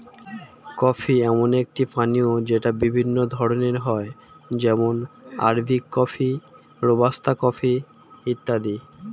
coffee এমন একটি পানীয় যেটা বিভিন্ন ধরণের হয় যেমন আরবিক কফি, রোবাস্তা কফি ইত্যাদি